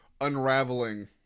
unraveling